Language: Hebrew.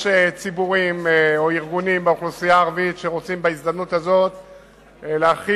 יש ציבורים או ארגונים באוכלוסייה הערבית שרוצים בהזדמנות הזאת להחיל,